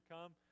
Come